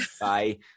Bye